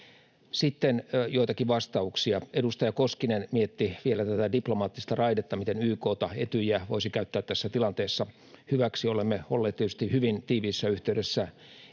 Sitten joitakin vastauksia: Edustaja Koskinen mietti vielä tätä diplomaattista raidetta, miten YK:ta ja Etyjiä voisi käyttää tässä tilanteessa hyväksi: Olemme olleet tietysti hyvin tiiviissä yhteydessä